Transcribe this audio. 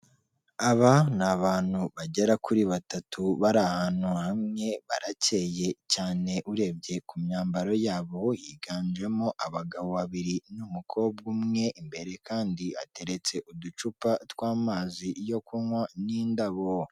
Aba ni abantu bagera kuri batatu bari ahantu hamwe barakeye cyane urebye ku myambaro yabo higanjemo abagabo babiri n'umukobwa umwe, imbere kandi hateretse uducupa tw'amazi yo kunywa n'indabo.